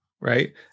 right